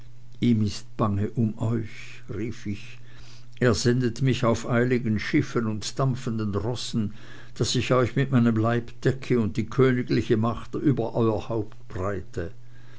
bange um euch rief ich er sendet mich auf eiligen schiffen und dampfenden rossen daß ich euch mit meinem leibe decke und die königliche macht über euer haupt